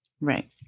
Right